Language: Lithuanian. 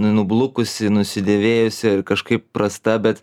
nublukusi nusidėvėjusi ar kažkaip prasta bet